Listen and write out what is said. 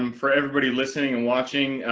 um for everybody listening and watching.